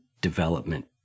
development